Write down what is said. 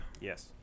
Yes